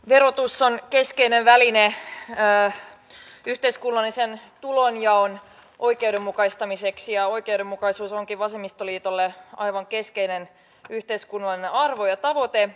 verotus on keskeinen väline yhteiskunnallisen tulonjaon oikeudenmukaistamiseksi ja oikeudenmukaisuus onkin vasemmistoliitolle aivan keskeinen yhteiskunnallinen arvo ja tavoite